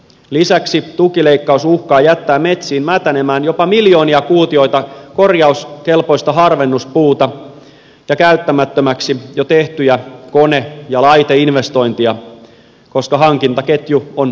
lisäksi tukileikkaus uhkaa jättää metsiin mätänemään jopa miljoonia kuutioita korjauskelpoista harvennuspuuta ja käyttämättömiksi jo tehtyjä kone ja laiteinvestointeja koska hankintaketju on kannattamaton